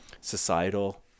societal